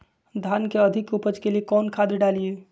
धान के अधिक उपज के लिए कौन खाद डालिय?